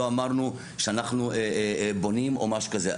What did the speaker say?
לא אמרנו שאנחנו בונים או משהו כזה.